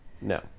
No